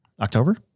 October